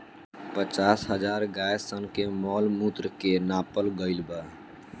पचास हजार गाय सन के मॉल मूत्र के नापल गईल बा